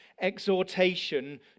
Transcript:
exhortation